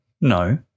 No